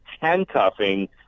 handcuffing